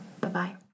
Bye-bye